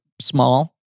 small